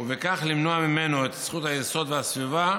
ובכך למנוע ממנו את זכות היסוד והסביבה